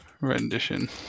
Rendition